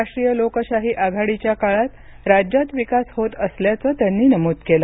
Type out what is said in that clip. राष्ट्रीय लोकशाही आघाडीच्या काळात राज्यात विकास होत असल्याचं त्यांनी नमूद केलं